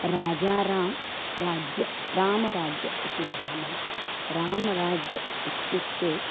राजारामः राज्यं रामराज्यम् इति वदामः रामराज्यम् इत्युक्ते